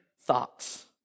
thoughts